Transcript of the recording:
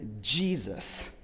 Jesus